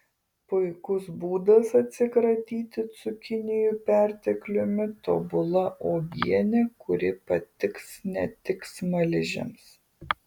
puikus būdas atsikratyti cukinijų pertekliumi tobula uogienė kuri patiks ne tik smaližiams